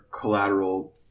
collateral